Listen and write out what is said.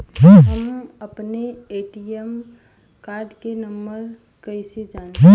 हम अपने ATM card के नंबर कइसे जानी?